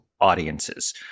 audiences